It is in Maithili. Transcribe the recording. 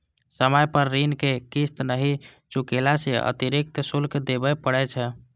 समय पर ऋण के किस्त नहि चुकेला सं अतिरिक्त शुल्क देबय पड़ै छै